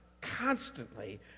constantly